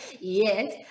Yes